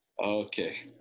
Okay